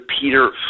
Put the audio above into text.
Peter